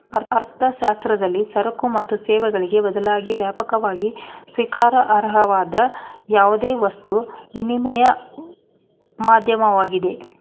ಅರ್ಥಶಾಸ್ತ್ರದಲ್ಲಿ ಸರಕು ಮತ್ತು ಸೇವೆಗಳಿಗೆ ಬದಲಾಗಿ ವ್ಯಾಪಕವಾಗಿ ಸ್ವೀಕಾರಾರ್ಹವಾದ ಯಾವುದೇ ವಸ್ತು ವಿನಿಮಯ ಮಾಧ್ಯಮವಾಗಿದೆ